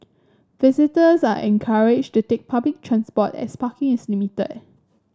visitors are encouraged to take public transport as parking is limited